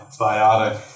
biotic